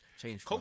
change